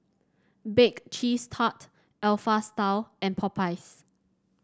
Bake Cheese Tart Alpha Style and Popeyes